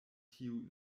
tiu